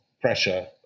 pressure